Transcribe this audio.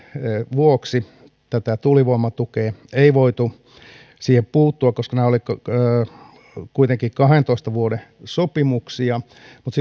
vuoksi tuulivoimatukeen ei voitu puuttua koska nämä olivat kuitenkin kahdentoista vuoden sopimuksia mutta